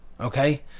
Okay